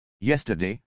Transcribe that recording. Yesterday